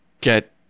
get